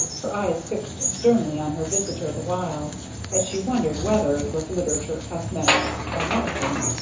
her eyes fixed sternly on her visitor the while as she wondered whether it was literature, cosmetics, or medicine.